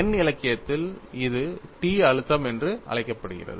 எண் இலக்கியத்தில் இது T அழுத்தம் என்று அழைக்கப்படுகிறது